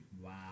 Wow